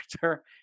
character